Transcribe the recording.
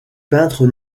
peintre